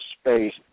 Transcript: space